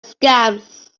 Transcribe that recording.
scams